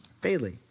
Bailey